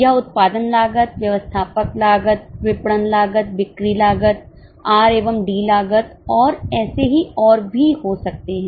यह उत्पादन लागत व्यवस्थापक लागत विपणन लागत बिक्री लागत आर एवं डी लागत और ऐसे ही और भी हो सकते हैं